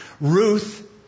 Ruth